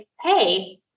hey